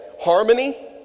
Harmony